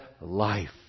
life